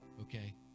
Okay